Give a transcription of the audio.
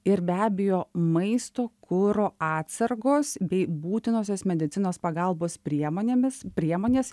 ir be abejo maisto kuro atsargos bei būtinosios medicinos pagalbos priemonėmis priemonės